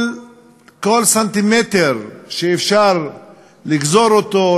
כל סנטימטר שאפשר לגזור אותו,